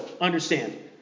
understand